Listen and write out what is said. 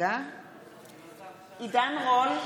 עידן רול,